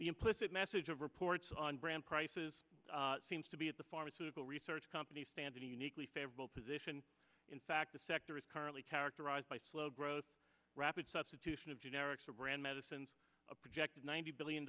implicit message of reports on brand prices seems to be at the pharmaceutical research company standard a uniquely favorable position in fact the sector is currently characterized by slow growth rapid substitution of generics or brand medicines a projected ninety billion